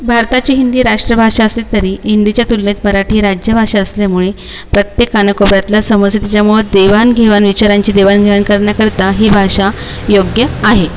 भारताची हिंदी राष्ट्रभाषा असेल तरी हिंदीच्या तुलनेत मराठी राजभाषा असल्यामुळे प्रत्येक कानाकोपऱ्यातल्या संवसिथिजामध्ये देवाणघेवाण विचारांची देवाणघेवाण करण्याकरिता ही भाषा योग्य आहे